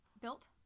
Built